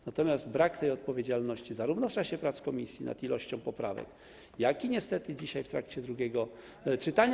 Natomiast brak tej odpowiedzialności zarówno w czasie prac komisji nad ilością poprawek, jak i niestety dzisiaj, w trakcie drugiego czytania.